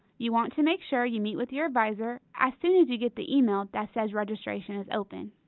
you want to make sure you meet with your advisor as soon as you get the email that says registration is open.